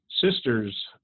sister's